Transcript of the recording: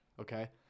Okay